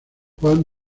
juan